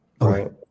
right